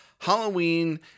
Halloween